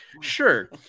sure